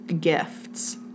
gifts